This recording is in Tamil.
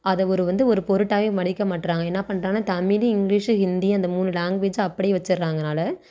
அதை ஒரு வந்து ஒரு பொருட்டாகவே மதிக்கமாட்டேறாங்க என்ன பண்ணுறாங்கனா தமிழ் இங்கிலீஷு ஹிந்தி அந்த மூணு லாங்குவேஜை அப்படியே வச்சுட்றாங்கனால